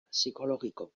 psikologiko